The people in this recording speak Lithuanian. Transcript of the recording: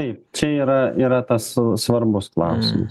taip čia yra yra tas svarbus klausimas